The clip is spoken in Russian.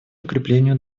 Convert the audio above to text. укреплению